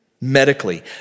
Medically